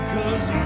Cause